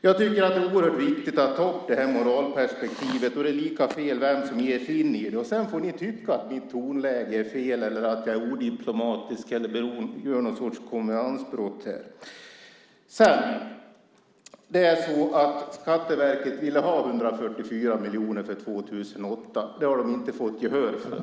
Jag tycker att det är oerhört viktigt att ta upp det här moralperspektivet. Det är lika fel vem som än ger sig in i det. Sedan får ni tycka att mitt tonläge är fel, att jag är odiplomatisk eller att jag begår någon sorts konvenansbrott. Skatteverket ville ha 144 miljoner för 2008. Det har de inte fått gehör för.